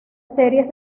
series